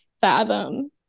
fathom